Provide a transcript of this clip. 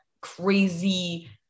crazy